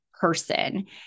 person